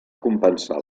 compensar